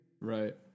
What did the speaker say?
Right